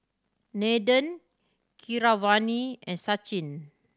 Nathan Keeravani and Sachin